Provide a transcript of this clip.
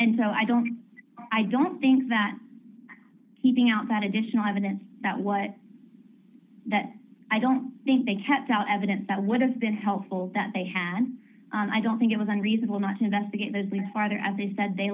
and so i don't i don't think that keeping out that additional evidence that what that i don't think they kept out evidence that would have been helpful that they had and i don't think it was unreasonable not investigate those leads are there as they said they